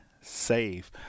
Save